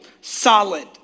solid